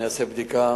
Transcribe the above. אני אעשה בדיקה